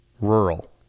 Rural